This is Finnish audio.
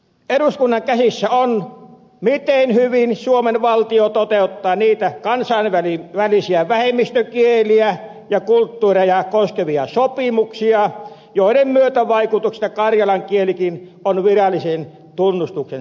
eduskunnan käsissä on miten hyvin suomen valtio toteuttaa niitä kansainvälisiä vähemmistökieliä ja kulttuureja koskevia sopimuksia joiden myötävaikutuksesta karjalan kielikin on virallisen tunnustuksensa saanut